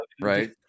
Right